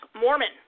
Mormon